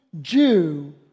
Jew